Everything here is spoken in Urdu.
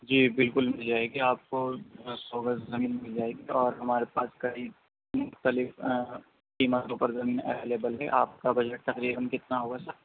جی بالکل مل جائے گی آپ کو دس سو گز زمین مل جائے گی اور ہمارے پاس قریب مختلف قیمتوں پر زمین اویلیبل ہے آپ کا بجٹ تقریباً کتنا ہوگا سر